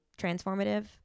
transformative